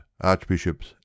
archbishops